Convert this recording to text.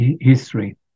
history